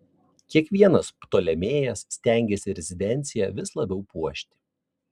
kiekvienas ptolemėjas stengėsi rezidenciją vis labiau puošti